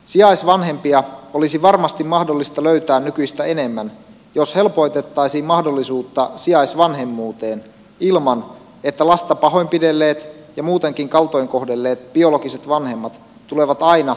sijaisvanhempia olisi varmasti mahdollista löytää nykyistä enemmän jos helpotettaisiin mahdollisuutta sijaisvanhemmuuteen ilman että lasta pahoinpidelleet ja muutenkin kaltoin kohdelleet biologiset vanhemmat tulevat aina automaattisesti mukana